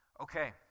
Okay